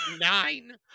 nine